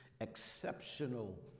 exceptional